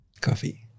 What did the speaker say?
Coffee